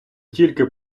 тільки